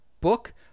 book